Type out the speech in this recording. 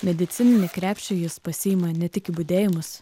medicininį krepšį jis pasiima ne tik į budėjimus